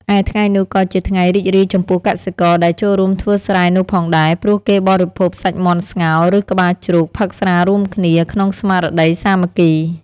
ឯថ្ងៃនោះក៏ជាថ្ងៃរីករាយចំពោះកសិករ ដែលចូលរួមធ្វើស្រែនោះផងដែរ ព្រោះគេបរិភោគសាច់មាន់ស្ងោរ ឬ ក្បាលជ្រូក ផឹកស្រារួមគ្នា ក្នុងស្មារតីសាមគ្គី។